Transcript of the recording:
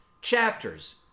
chapters